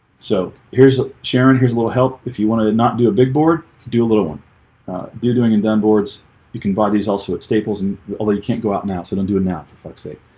so here's a sharron here's a little help. if you want to not do a big board do a little one you're doing in done boards you can buy these also at staples and although you can't go out now, so don't do an app for flex eight